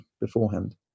beforehand